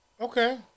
Okay